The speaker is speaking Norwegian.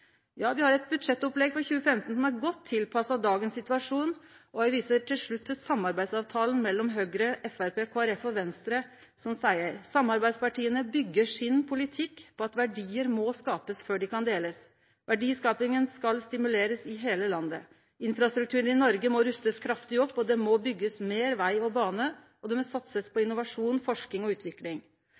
Ja, me har eit budsjettopplegg for 2015 som er godt tilpassa dagens situasjon, og eg viser til slutt til samarbeidsavtalen mellom Høgre, Framstegspartiet, Kristeleg Folkeparti og Venstre, som seier: «Samarbeidspartiene bygger sin politikk på at verdier må skapes før de kan deles. Verdiskapingen skal stimuleres i hele landet. Infrastrukturen i Norge må rustes kraftig opp, det må bygges ut mer vei og bane, og det må satses på innovasjon, forskning og utvikling.